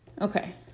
Okay